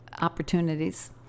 opportunities